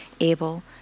able